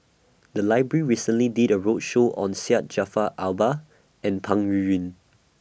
The Library recently did A roadshow on Syed Jaafar Albar and Peng Yuyun